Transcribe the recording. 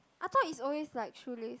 I thought is always like shoelace